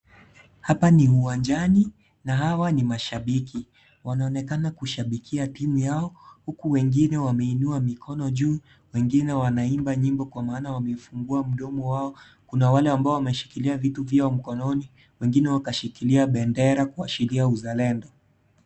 Hapa ni uwanjani na hawa ni mashabiki wanaonekana kushabikia timu yao huku wengine wameinua mikono juu, wengine wamaimba nyimbo kwa maana wamefumbua mdomo wao, kuna wale ambao wameshikiria vitu vyao mkononi, wengine wakashikiria bendera kuashiria uzalendo.